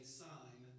sign